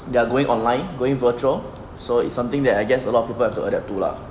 they're going online going virtual so it's something that I guess a lot of people have to adapt to lah